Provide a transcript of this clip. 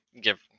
give